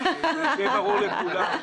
שיהיה ברור לכולם.